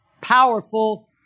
powerful